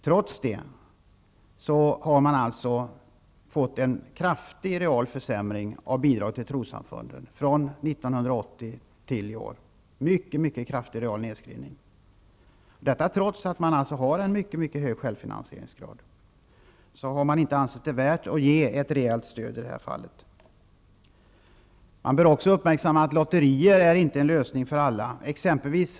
Trots det har man fått en mycket kraftig real försämring av bidragen till trossamfunden från 1980 till i år. Trots att samfunden har en mycket hög självfinansieringsgrad, har man inte ansett det angeläget att ge ett rejält stöd till dem. Man bör också uppmärksamma att lotterier inte är en lösning för alla typer av folkrörelser.